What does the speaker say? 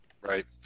Right